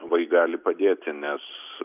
vai gali padėti nes